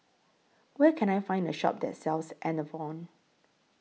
Where Can I Find A Shop that sells Enervon